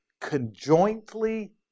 conjointly